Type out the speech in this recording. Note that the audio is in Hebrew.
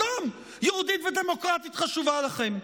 פתאום "יהודית ודמוקרטית" חשובה לכם.